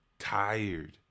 tired